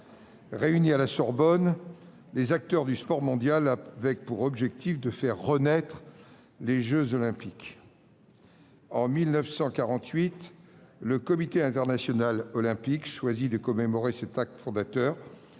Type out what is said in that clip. réunit à la Sorbonne les acteurs du sport mondial avec pour objectif de faire renaître les jeux Olympiques. En 1948, le Comité international olympique choisit de commémorer cet acte fondateur